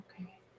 Okay